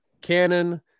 canon